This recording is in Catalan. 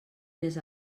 mes